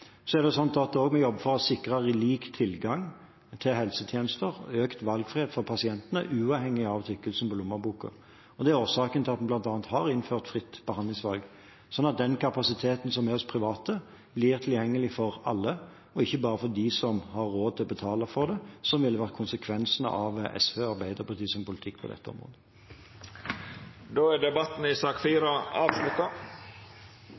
Så er det slik at vi også jobber for å sikre lik tilgang til helsetjenester og økt valgfrihet for pasientene uavhengig av tykkelsen på lommeboka. Det er årsaken til at vi bl.a. har innført fritt behandlingsvalg – sånn at den kapasiteten som er hos private, blir tilgjengelig for alle, og ikke bare for dem som har råd til å betale for det, som ville vært konsekvensen av SVs og Arbeiderpartiets politikk på dette området. Replikkordskiftet er